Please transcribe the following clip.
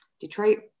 Detroit